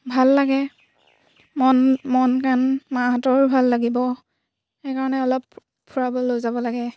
ভাল লাগে মন মন কাণ মাহঁতৰো ভাল লাগিব সেইকাৰণে অলপ ফুৰাবলৈ লৈ যাব লাগে